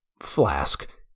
flask